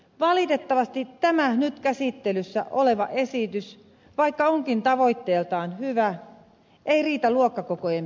valitettavasti tämä nyt käsittelyssä oleva esitys vaikka onkin tavoitteiltaan hyvä ei riitä luokkakokojen pienentämiseen